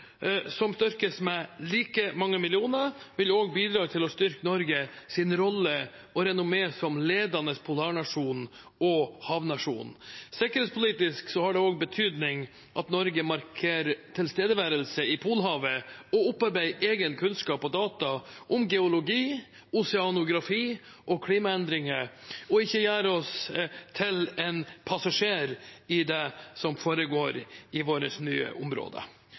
vil også bidra til å styrke Norges rolle og renommé som ledende polarnasjon og havnasjon. Sikkerhetspolitisk har det også betydning at Norge markerer tilstedeværelse i Polhavet og opparbeider egen kunnskap og data om geologi, oseanografi og klimaendringer, og ikke gjør oss til en passasjer i det som foregår i våre nye områder.